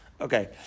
Okay